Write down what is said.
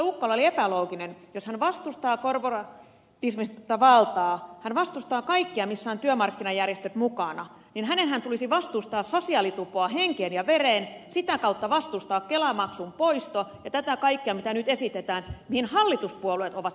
ukkola oli epälooginen siinä että jos hän vastustaa korporatiivista valtaa jos hän vastustaa kaikkea missä ovat työmarkkinajärjestöt mukana niin hänenhän tulisi vastustaa sosiaalitupoa henkeen ja vereen ja sitä kautta vastustaa kelamaksun poistoa ja tätä kaikkea mitä nyt esitetään mihin hallituspuolueet ovat sitoutuneet